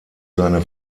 seine